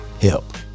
help